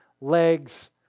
legs